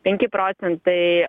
penki procentai